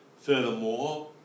Furthermore